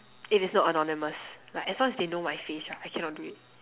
if it's not anonymous like as long as they know my face right I cannot do it